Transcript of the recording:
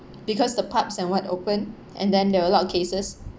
because the pubs and what open and then there are a lot of cases